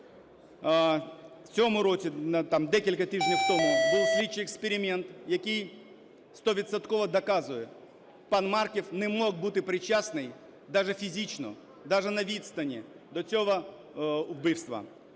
В цьому році, там декілька тижнів тому, був слідчий експеримент, який стовідсотково доказує: пан Марків не міг бути причасний даже фізично, даже на відстані до цього вбивства.